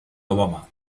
obama